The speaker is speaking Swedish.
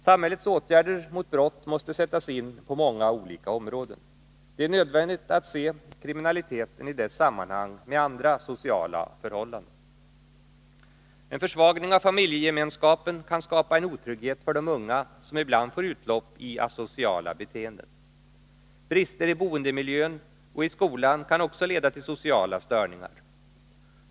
Samhällets åtgärder mot brott måste sättas in på många olika områden. Det är nödvändigt att se kriminaliteten i dess sammanhang med andra sociala förhållanden. En försvagning av familjegemenskapen kan skapa en otrygghet för de unga som ibland får utlopp i asociala beteenden. Brister i boendemiljön och i skolan kan också leda till sociala störningar.